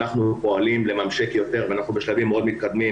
אנחנו פועלים לממשק יותר ואנחנו בשלבים מאוד מתקדמים